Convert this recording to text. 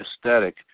aesthetic